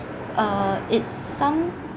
uh it's some